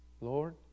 Lord